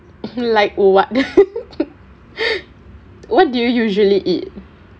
like what what do you usually eat